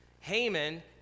Haman